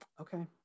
okay